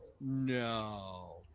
No